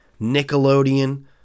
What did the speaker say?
nickelodeon